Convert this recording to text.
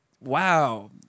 wow